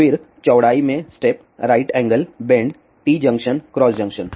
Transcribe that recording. फिर चौड़ाई में step right angle bend T junction cross junction